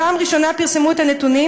בפעם הראשונה פרסמו את הנתונים